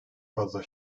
fazla